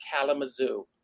Kalamazoo